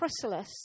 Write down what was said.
chrysalis